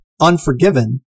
Unforgiven